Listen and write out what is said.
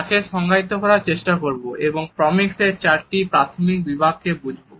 তাকে সংজ্ঞায়িত করার চেষ্টা করব এবং প্রক্সেমিকসের চারটি প্রাথমিক বিভাগগুলিকে বুঝবো